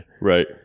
Right